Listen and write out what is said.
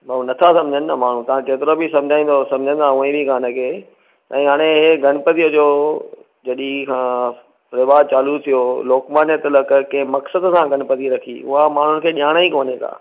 भाऊ नथा सम्झनि न माण्हू तव्हां जेतिरो बि समुझाईंदो सम्झंदा उहे बि कानि के ऐं हाणे गणपति जो जॾहिं खां रिवाजु चालू थियो लोकमान्य तिलक कंहिं मक़सद सां गणपती रख उहा माण्हू खे ॼाण ई कोन का